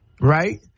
right